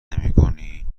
نمیکنیم